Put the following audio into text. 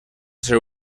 ser